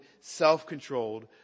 self-controlled